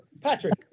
Patrick